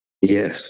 Yes